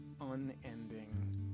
unending